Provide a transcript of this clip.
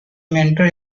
mentor